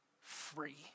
free